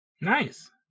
nice